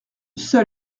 seul